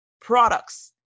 products